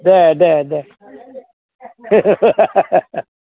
दे दे दे